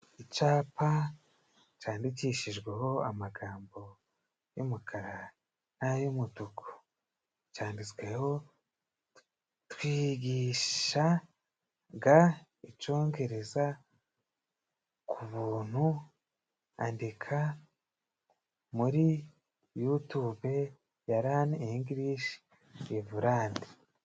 Icapa candikishijweho amagambo y'umukara n' ay' umutuku canditsweho: twigishaga Icongereza ku buntu. Andika muri yutube lani Ingilishi revulande.